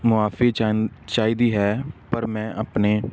ਮੁਆਫੀ ਚੈ ਚਾਹੀਦੀ ਹੈ ਪਰ ਮੈਂ ਆਪਣੇ